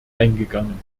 eingegangen